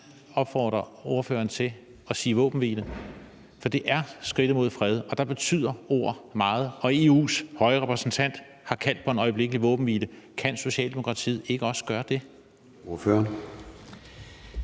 opfordre ordføreren til at tale for våbenhvile, for det er skridtet mod fred. Ord betyder meget her, og EU's høje repræsentant har opfordret til en øjeblikkelig våbenhvile. Kan Socialdemokratiet ikke også gøre det?